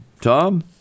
Tom